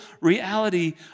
reality